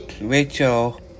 Rachel